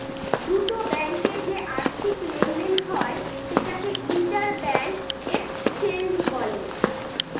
দুটো ব্যাঙ্কে যে আর্থিক লেনদেন হয় সেটাকে ইন্টার ব্যাঙ্ক এক্সচেঞ্জ বলে